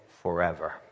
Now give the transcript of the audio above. forever